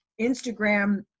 Instagram